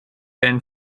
san